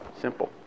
Simple